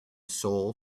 soul